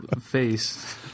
face